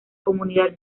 comunidad